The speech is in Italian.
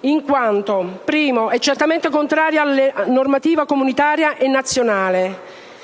in quanto, in primo luogo, essa è certamente contraria alla normativa comunitaria e nazionale.